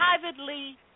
privately